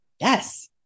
Yes